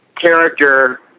character